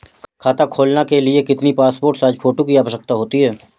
खाता खोलना के लिए कितनी पासपोर्ट साइज फोटो की आवश्यकता होती है?